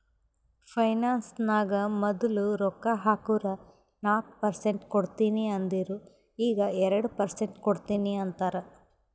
finance ನಾಗ್ ಮದುಲ್ ರೊಕ್ಕಾ ಹಾಕುರ್ ನಾಕ್ ಪರ್ಸೆಂಟ್ ಕೊಡ್ತೀನಿ ಅಂದಿರು ಈಗ್ ಎರಡು ಪರ್ಸೆಂಟ್ ಕೊಡ್ತೀನಿ ಅಂತಾರ್